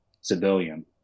civilian